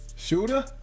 Shooter